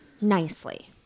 nicely